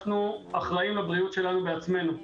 אנחנו אחראים לבריאות שלנו בעצמנו.